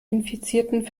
infizierten